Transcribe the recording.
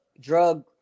drug